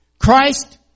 Christ